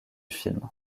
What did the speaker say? film